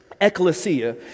ecclesia